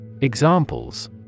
Examples